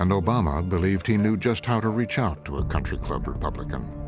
and obama believed he knew just how to reach out to a country club republican